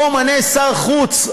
בוא מנה שר חוץ,